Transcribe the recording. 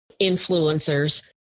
influencers